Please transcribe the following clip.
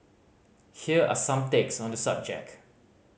here are some takes on the subject